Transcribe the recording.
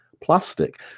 plastic